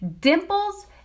dimples